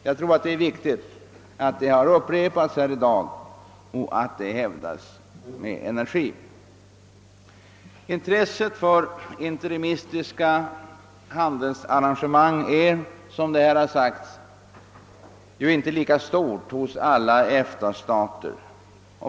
Jag tror att det är viktigt att detta upprepas här i dag och att det hävdas med all kraft. Intresset för interimistiska handels Arrangemang är, som här har sagts, inte lika stort hos alla EFTA-stater.